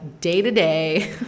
day-to-day